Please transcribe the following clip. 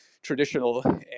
Traditional